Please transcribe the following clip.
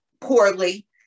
poorly